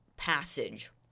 passage